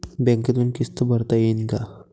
बँकेतून किस्त भरता येईन का?